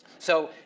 so,